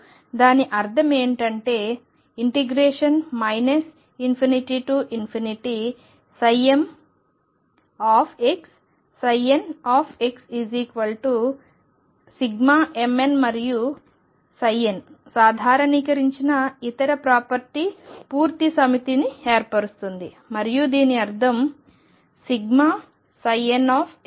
మరియు దాని అర్థం ఏమిటంటే ∞mxnxmn మరియు n సాధారణీకరించిన ఇతర ప్రాపర్టీ పూర్తి సమితిని ఏర్పరుస్తుంది మరియు దీని అర్థం∑nxnxδx x